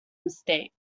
mistake